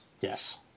Yes